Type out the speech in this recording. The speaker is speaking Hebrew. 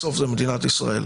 בסוף זה מדינת ישראל.